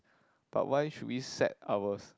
but why should we set our